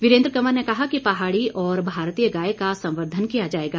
वीरेंद्र कंवर ने कहा कि पहाड़ी और भारतीय गाय का संबर्धन किया जाएगा